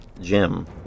Jim